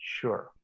Sure